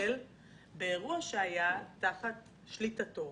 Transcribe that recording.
לטפל באירוע שהיה תחת שליטתו